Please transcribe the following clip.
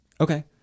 Okay